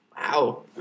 Wow